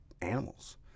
animals